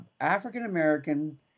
African-American